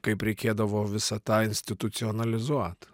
kaip reikėdavo visą tą institucionalizuot